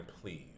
please